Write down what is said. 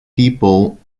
people